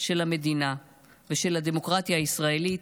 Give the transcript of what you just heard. של המדינה ושל הדמוקרטיה הישראלית,